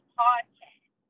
podcast